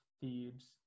Thebes